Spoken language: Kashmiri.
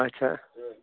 اَچھا